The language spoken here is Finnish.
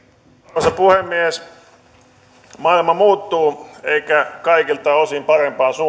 arvoisa puhemies maailma muuttuu eikä kaikilta osin parempaan